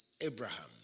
Abraham